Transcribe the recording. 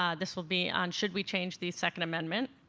ah this will be on, should we change the second amendment?